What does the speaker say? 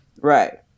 Right